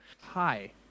Hi